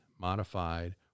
modified